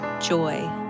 joy